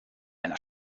einer